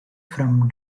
from